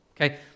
Okay